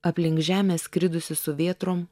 aplink žemę skridusi su vėtrom